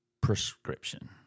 prescription